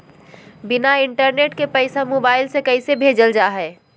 बिना इंटरनेट के पैसा मोबाइल से कैसे भेजल जा है?